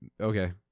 Okay